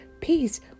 Peace